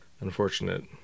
Unfortunate